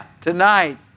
tonight